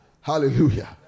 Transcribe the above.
Hallelujah